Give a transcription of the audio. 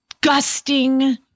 gusting